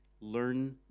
learn